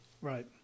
Right